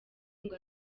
ngo